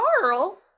Carl